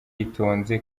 yitonze